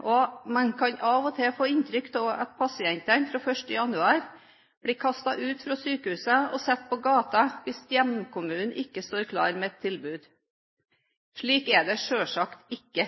og man kan av og til få inntrykk av at pasientene fra 1. januar blir kastet ut fra sykehuset og satt på gata hvis hjemkommunen ikke står klar med et tilbud. Slik er det selvsagt ikke.